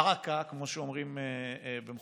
דא עקא, כמו שאומרים במחוזותינו,